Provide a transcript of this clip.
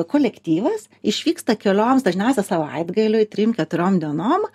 kolektyvas išvyksta kelioms dažniausiai savaitgaliui trim keturiom dienom